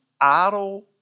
idle